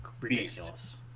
ridiculous